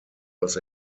was